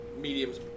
mediums